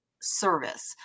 service